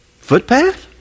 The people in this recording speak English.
Footpath